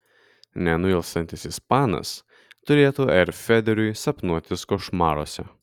nenuilstantis ispanas turėtų r federeriui sapnuotis košmaruose